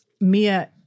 Mia